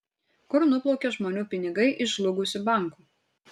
kur nuplaukė žmonių pinigai iš žlugusių bankų